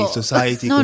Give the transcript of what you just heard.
society